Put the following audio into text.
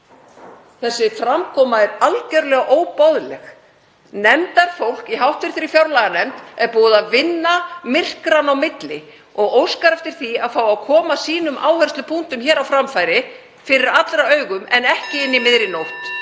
Þessi framkoma er algjörlega óboðleg. Nefndarfólk í hv. fjárlaganefnd er búið að vinna myrkranna á milli og óskar eftir því að fá að koma sínum áherslupunktum á framfæri fyrir allra augum en ekki um miðja nótt.